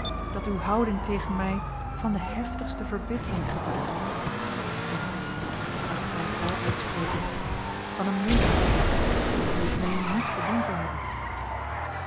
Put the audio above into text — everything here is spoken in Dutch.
dat uwe houding tegen mij van de heftigste verbittering getuigde ja laat het mij vrij uitspreken van eene minachting die ik meen niet verdiend te hebben